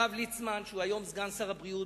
הרב ליצמן, שהוא היום סגן שר הבריאות